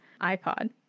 iPod